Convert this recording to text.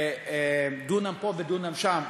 של דונם פה ודונם שם,